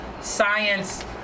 science